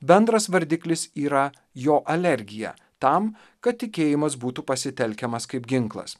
bendras vardiklis yra jo alergija tam kad tikėjimas būtų pasitelkiamas kaip ginklas